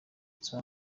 soma